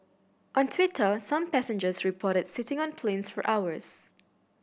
on Twitter some passengers reported sitting on planes for hours